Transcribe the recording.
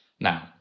Now